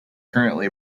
currently